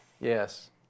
Yes